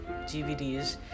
DVDs